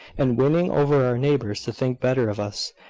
and winning over our neighbours to think better of us,